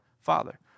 father